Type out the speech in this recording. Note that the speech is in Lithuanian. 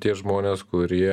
tie žmonės kurie